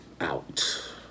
out